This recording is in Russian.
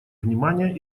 внимания